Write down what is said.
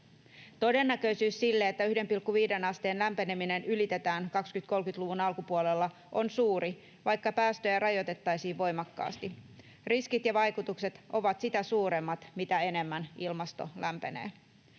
Todennäköisyys sille, että 1,5 asteen lämpeneminen ylitetään 2030-luvun alkupuolella, on suuri, vaikka päästöjä rajoitettaisiin voimakkaasti. Riskit ja vaikutukset ovat sitä suuremmat, mitä enemmän ilmasto lämpenee.